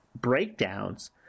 breakdowns